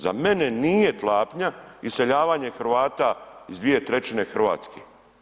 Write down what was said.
Za mene nije klapnja, iseljavanja Hrvata iz 2/3 Hrvatske.